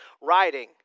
riding